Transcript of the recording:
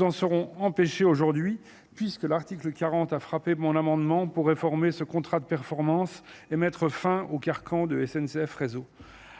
en serons empêchés aujourd'hui puisque l'article 40 a frappé mon amendement pour réformer ce contrat de performance et mettre fin au carcan de S N C F réseau,